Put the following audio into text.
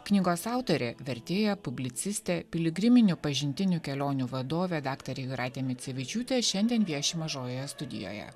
knygos autorė vertėja publicistė piligriminių pažintinių kelionių vadovė daktarė jūratė micevičiūtė šiandien vieši mažojoje studijoje